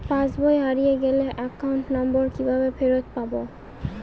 পাসবই হারিয়ে গেলে account number কিভাবে ফেরত পাব?